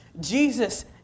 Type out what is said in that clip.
Jesus